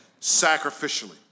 sacrificially